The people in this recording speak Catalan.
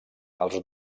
els